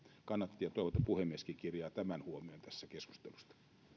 kannatti ja toivon että puhemieskin kirjaa tämän huomioon tässä keskustelussa